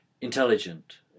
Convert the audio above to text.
intelligent